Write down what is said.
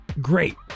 great